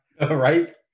right